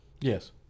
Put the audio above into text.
Yes